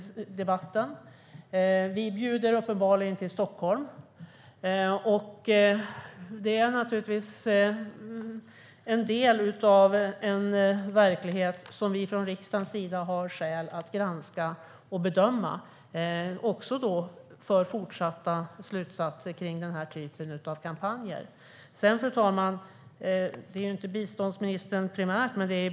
Vi bjuder uppenbarligen in till Stockholm. Det är naturligtvis en del av en verklighet som vi från riksdagens sida har skäl att granska och bedöma, också för fortsatta slutsatser om den här typen av kampanjer. Fru talman!